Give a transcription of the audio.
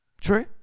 true